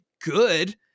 good